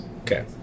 Okay